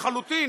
לחלוטין